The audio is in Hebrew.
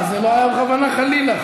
זה לא היה בכוונה, חלילה.